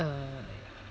uh